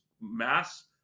mass